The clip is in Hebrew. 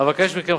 אבקש מכם,